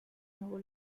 nuevo